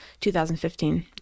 2015